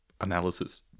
analysis